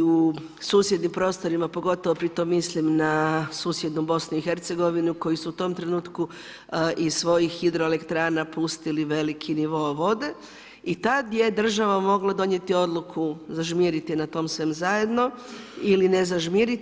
u susjednim prostorima, pogotovo pri tome mislim na susjednu BIH koji su u tom trenutku iz svojih hidroelektrana pustili veliki nivo vode i tad je država mogla donijeti odluku, zažmiriti na tom svemu zajedno ili ne zažmiriti.